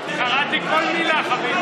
קראתי כל מילה.